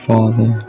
Father